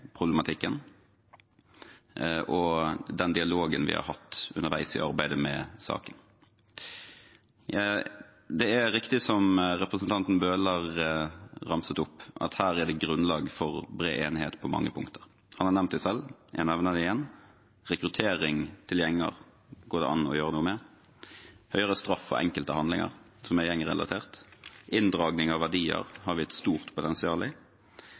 og for den dialogen vi har hatt underveis i arbeidet med saken. Det er riktig som representanten Bøhler ramset opp, at her er det grunnlag for bred enighet på mange punkter. Han har nevnt det selv, jeg nevner det igjen: Rekruttering til gjenger går det an å gjøre noe med, høyere straff for enkelte handlinger som er gjengrelatert, ved inndragning av verdier har vi et stort potensial, kontroll i